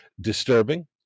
disturbing